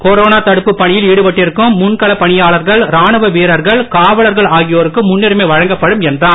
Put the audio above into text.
corona தடுப்புப் பணியில் ஈடுபட்டிருக்கும் முன்களப் பணியாளர்கள் ராணுவ வீரர்கள் காவலர்கள் ஆகியோருக்கு முன்னுரிமை வழங்கப்படும் என்றார்